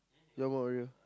did I bore you